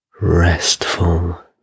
restful